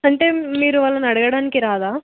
అంటే మీరు వాళ్ళని అడగటానికి అవదా